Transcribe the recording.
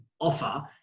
offer